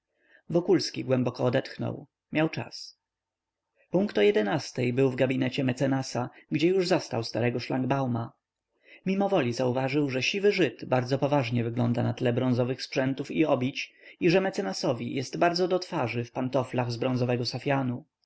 wokulski głęboko odetchnął miał czas punkt o jedenastej był w gabinecie mecenasa gdzie już zastał starego szlangbauma mimowoli zauważył że siwy żyd bardzo poważnie wygląda na tle bronzowych sprzętów i obić i że mecenasowi jest bardzo do twarzy w pantoflach z bronzowego safianu